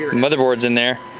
motherboard's in there.